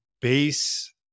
base